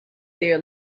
there